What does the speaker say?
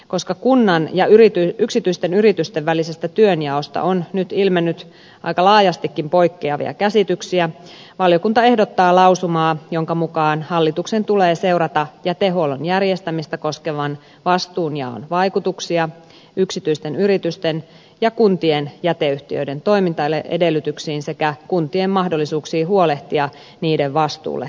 koska kunnan ja yksityisten yritysten välisestä työnjaosta on nyt ilmennyt aika laajastikin poikkeavia käsityksiä valiokunta ehdottaa lausumaa jonka mukaan hallituksen tulee seurata jätehuollon järjestämistä koskevan vastuunjaon vaikutuksia yksityisten yritysten ja kuntien jäteyhtiöiden toimintaedellytyksiin sekä kuntien mahdollisuuksiin huolehtia niiden vastuulle säädetyistä tehtävistä